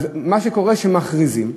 אבל מה שקורה, שמכריזים,